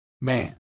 man